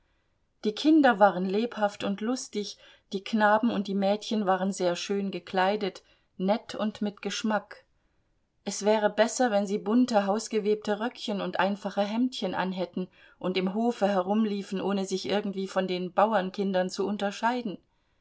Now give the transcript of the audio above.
die kinder waren lebhaft und lustig die knaben und die mädchen waren sehr schön gekleidet nett und mit geschmack es wäre besser wenn sie bunte hausgewebte röckchen und einfache hemdchen anhätten und im hofe herumliefen ohne sich irgendwie von den bauernkindern zu unterscheiden